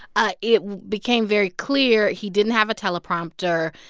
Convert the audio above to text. ah it became very clear he didn't have a teleprompter.